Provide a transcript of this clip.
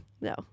no